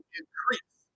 increase